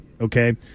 okay